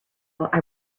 rode